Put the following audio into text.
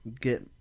Get